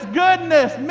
goodness